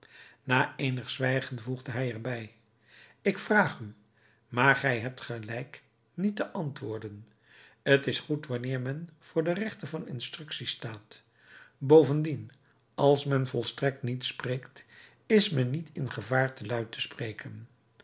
na eenig zwijgen voegde hij er bij ik vraag u maar gij hebt gelijk niet te antwoorden t is goed wanneer men voor den rechter van instructie staat bovendien als men volstrekt niet spreekt is men niet in gevaar te luid te spreken